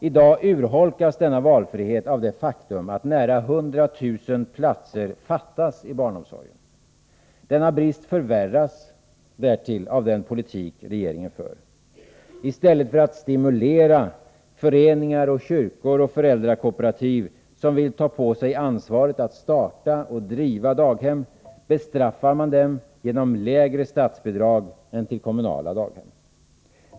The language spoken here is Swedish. I dag urholkas denna valfrihet av det faktum att nära 100 000 platser fattas i barnomsorgen. Denna brist förvärras därtill av den politik regeringen för. I stället för att stimulera föreningar, kyrkor och föräldrakooperativ som vill ta på sig ansvaret att starta och driva daghem, bestraffar man dem genom lägre statsbidrag än till kommunala daghem.